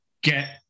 get